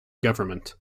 government